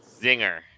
Zinger